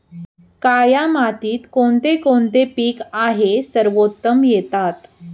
काया मातीत कोणते कोणते पीक आहे सर्वोत्तम येतात?